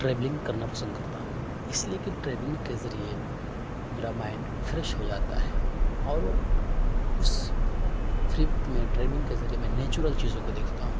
travelling کرنا پسند کرتا ہوں اس لیے کہ ٹریولنگ کے ذریعے میرا مائنڈ فریش ہو جاتا ہے اور اس فری وقت میں ٹریولنگ کے ذریعے میں نیچورل چیزوں کو دیکھتا ہوں